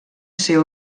ser